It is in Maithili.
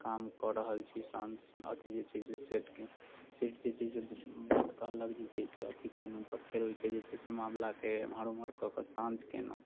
काम कऽ रहल छी शान्त अथि जे छै से सेठके सेठ जे छै से बात कहलक जे छै से अथि केलहुँ तऽ फेर ओहिके जे छै से मामलाके एम्हर ओम्हर कऽ के शान्त केलहुँ